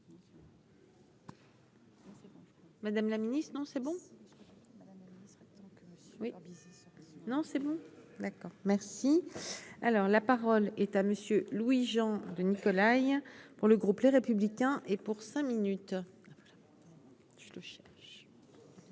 Madame la Ministre, non, c'est bon, il sera donc oui bisous non c'est bon d'accord merci. Alors la parole est à monsieur Louis-Jean de Nicolaï pour le groupe Les Républicains et pour cinq minutes.